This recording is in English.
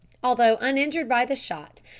although uninjured by the shot,